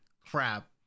crap